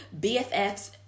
BFFs